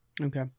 okay